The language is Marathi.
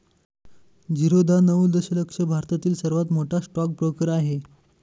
झिरोधा नऊ दशलक्ष भारतातील सर्वात मोठा स्टॉक ब्रोकर आहे